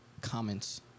comments